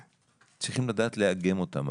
צריכים לדעת לאגם אותם.